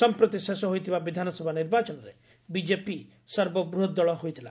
ସମ୍ପ୍ରତି ଶେଷ ହୋଇଥିବା ବିଧାନସଭା ନିର୍ବାଚନରେ ବିଜେପି ସର୍ବବୃହତ୍ ଦଳ ହୋଇଥିଲା